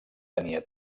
tenia